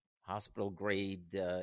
hospital-grade